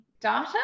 data